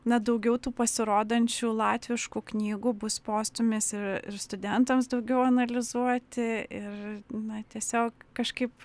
na daugiau tų pasirodančių latviškų knygų bus postūmis ir studentams daugiau analizuoti ir na tiesiog kažkaip